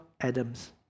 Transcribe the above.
Adam's